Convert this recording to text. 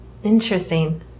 Interesting